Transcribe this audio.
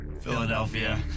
Philadelphia